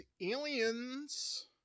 aliens